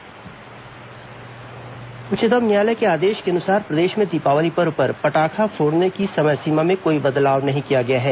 पटाखा समय सीमा उच्चतम न्यायालय के आदेश के अनुसार प्रदेश में दीपावली पर्व पर पटाखा फोड़ने की समय सीमा में कोई बदलाव नहीं किया गया है